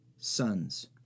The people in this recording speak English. Sons